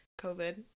COVID